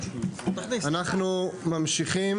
אנחנו ממשיכים